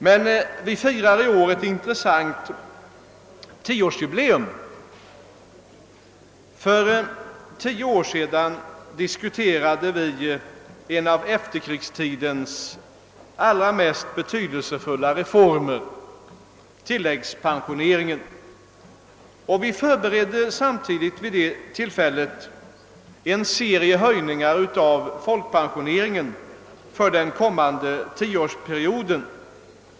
Men vi firar i år ett intressant jubileum. För tio år sedan diskuterade vi en av efterkrigstidens allra mest betydelsefulla reformer, nämligen tilläggspensioneringen. Samtidigt förberedde vi en serie höjningar av folkpensionerna för den kommande tioårsperioden.